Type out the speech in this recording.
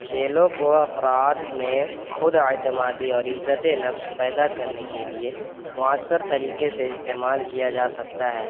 کھیلوں کو افراد میں خود اعتمادی اور عزت نفس پیدا کرنے کے لیے معؤثر طریقے سے استعمال کیا جا سکتا ہے